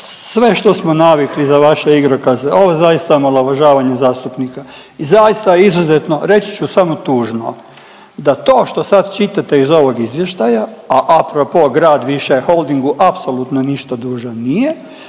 sve što smo navikli za vaše igrokaze ovo je zaista omalovažavanje zastupnika. Zaista je izuzetno, reći ću samo tužno da to što sad čitate iz ovog izvještaja, a apropo grad više Holdingu apsolutno ništa dužan nije,